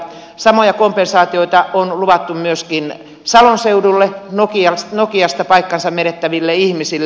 samoja kompensaatioita on luvattu myöskin salon seudulle nokiasta paikkansa menettäville ihmisille